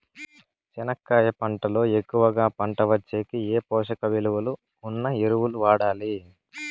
చెనక్కాయ పంట లో ఎక్కువగా పంట వచ్చేకి ఏ పోషక విలువలు ఉన్న ఎరువులు వాడాలి?